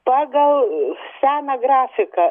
pagal seną grafiką